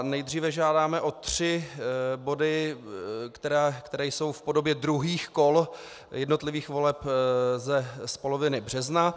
Nejdříve žádáme o tři body, které jsou v podobě druhých kol jednotlivých voleb z poloviny března.